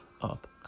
up